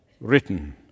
written